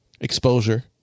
exposure